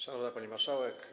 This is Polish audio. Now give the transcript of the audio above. Szanowna Pani Marszałek!